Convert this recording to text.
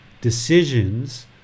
decisions